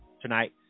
tonight